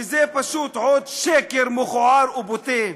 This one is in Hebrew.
שזה פשוט עוד שקר מכוער ובוטה.